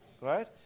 Right